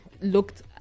looked